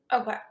Okay